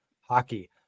hockey